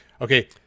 okay